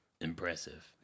Impressive